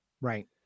Right